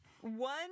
One